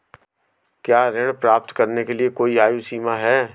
क्या ऋण प्राप्त करने के लिए कोई आयु सीमा है?